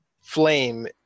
flame